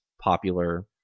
popular